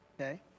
Okay